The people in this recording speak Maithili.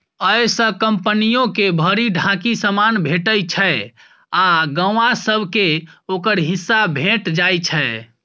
अय सँ कंपनियो के भरि ढाकी समान भेटइ छै आ गौंआ सब केँ ओकर हिस्सा भेंट जाइ छै